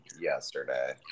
yesterday